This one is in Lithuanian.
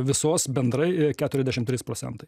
visos bendrai keturiasdešim trys procentai